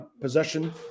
possession